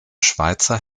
schweizer